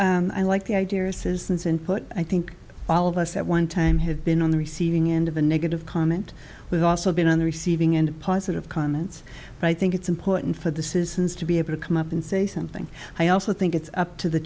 and i like the idea assistance input i think all of us at one time had been on the receiving end of a negative comment but also been on the receiving end of positive comments but i think it's important for the citizens to be able to come up and say something i also think it's up to the